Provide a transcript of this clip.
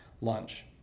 lunch